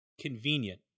convenient